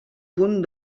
punt